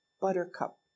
buttercup